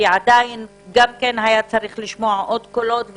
כי היה צריך לשמוע עוד קולות,